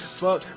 fuck